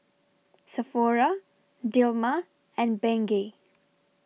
Sephora Dilmah and Bengay